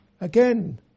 Again